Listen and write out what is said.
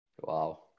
Wow